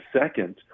second